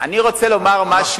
אני רוצה לומר משהו.